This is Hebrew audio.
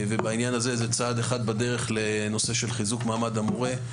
בעניין הזה זה צעד אחד בדרך לנושא של חיזוק מעמד המורה.